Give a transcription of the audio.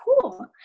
cool